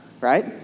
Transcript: right